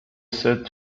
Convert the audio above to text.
said